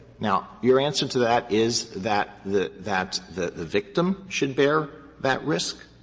now, your answer to that is that the that the victim should bear that risk?